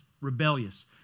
rebellious